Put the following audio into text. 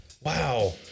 Wow